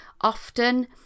often